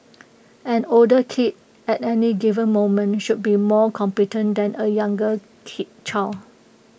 an older kid at any given moment should be more competent than A younger kid child